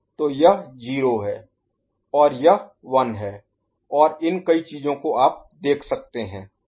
तो यह 0 है और यह 1 है और इन कई चीजों को आप देख सकते हैं